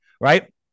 right